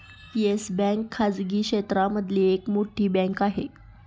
yes Bank खाजगी क्षेत्र मधली एक मोठी बँक आहे